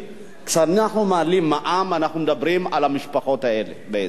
כשאנחנו מעלים מע"מ אנחנו מדברים על המשפחות האלה בעצם.